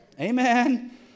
Amen